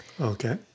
Okay